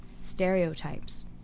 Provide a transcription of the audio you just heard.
stereotypes